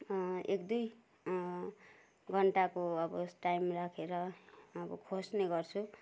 एक दुई घन्टाको अब टाइम राखेर अब खोज्ने गर्छु